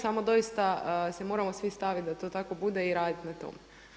Samo doista se moramo svi staviti da to tako bude i raditi na tome.